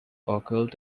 occult